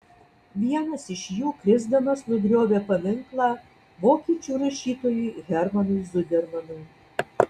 vienas iš jų krisdamas nugriovė paminklą vokiečių rašytojui hermanui zudermanui